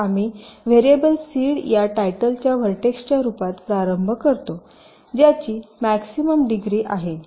तर आम्ही variable seed या टायटलच्या व्हर्टेक्सच्या रूपात प्रारंभ करतो ज्याची मॅक्सिमम डिग्री आहे